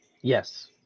Yes